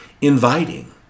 inviting